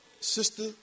Sister